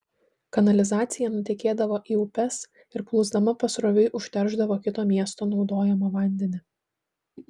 kanalizacija nutekėdavo į upes ir plūsdama pasroviui užteršdavo kito miesto naudojamą vandenį